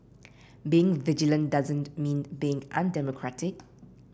being vigilant doesn't mean being undemocratic